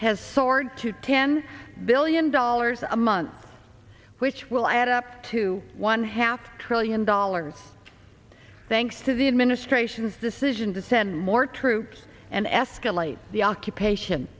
has soared to ten billion dollars a month which will add up to one half trillion dollars thanks to the administration's decision to send more troops and escalate the occupation